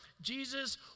Jesus